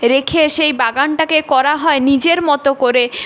রেখে সেই বাগানটাকে করা হয় নিজের মতো করে